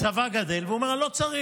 הצבא גדל, והוא אומר: אני לא צריך.